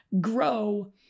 grow